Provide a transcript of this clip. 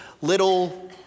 little